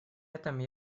этом